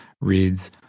reads